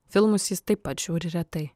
filmus jis taip pat žiūri retai